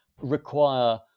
require